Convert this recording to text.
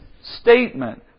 statement